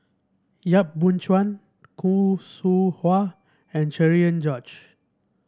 Yap Boon Chuan Khoo Seow Hwa and Cherian George